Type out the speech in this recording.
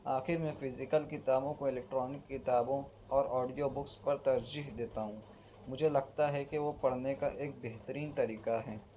آخر میں فزیکل کتابوں کو الیکٹرانک کتابوں اور آڈیو بکس پر ترجیح دیتا ہوں مجھے لگتا ہے کہ وہ پڑھنے کا ایک بہترین طریقہ ہیں